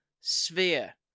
sphere